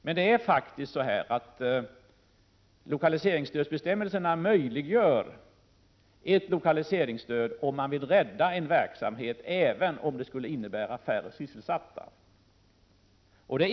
Men dessa regler möjliggör faktiskt ett lokaliseringsstöd om man vill rädda en verksamhet, även om det skulle innebära färre sysselsatta.